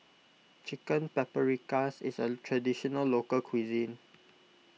Chicken Paprikas is a Traditional Local Cuisine